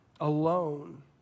alone